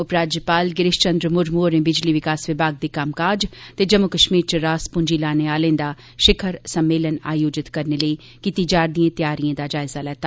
उपराज्यपाल गिरीश चंद्र मुरमु होरें बिजली विकास विभाग दे कम्मकाज ते जम्मू कश्मीर च रास पूंजी लाने आहलें दा शिखर सम्मेलन आयोजित करने लेई कीती जा'रदी तैयारिएं दा जायजा लैता